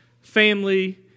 family